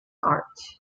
art